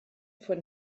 von